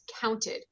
counted